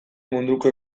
munduko